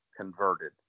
converted